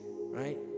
right